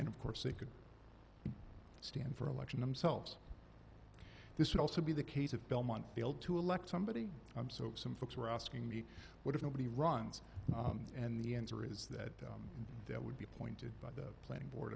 and of course they could stand for election themselves this would also be the case of belmont failed to elect somebody i'm so some folks were asking me what if nobody runs and the answer is that that would be appointed by the planning board